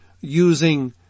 using